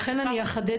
לכן אני אחדד,